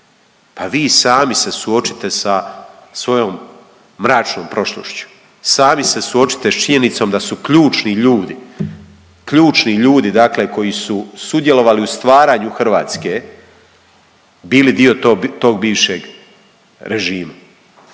Pa vi sami se suočite sa svojom mračnom prošlošću, sami se suočite sa činjenicom da su ključni ljudi, ključni ljudi dakle koji su sudjelovali u stvaranju Hrvatske bili dio tog bivšeg režima.